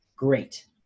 great